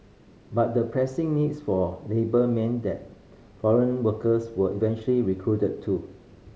but the pressing needs for labour meant that foreign workers were eventually recruited too